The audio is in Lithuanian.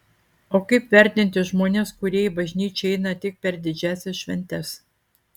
o kaip vertinti žmones kurie į bažnyčią eina tik per didžiąsias šventes